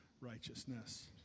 righteousness